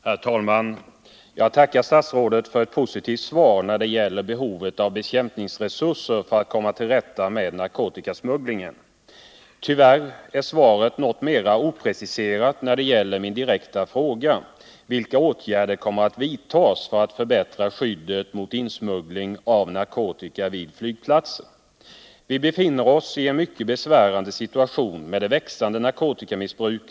Herr talman! Jag tackar statsrådet för ett positivt svar på den allmänna frågeställningen om behovet av resurser för att bekämpa narkotikasmugglingen. Tyvärr är svaret något mera opreciserat när det gäller min direkta fråga om vilka åtgärder som kommer att vidtagas för att förbättra skyddet mot insmuggling av narkotika vid flygplatser. Vi befinner oss i en mycket besvärande situation, med ett växande narkotikamissbruk.